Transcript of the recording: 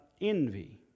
envy